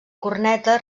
corneta